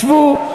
שבו.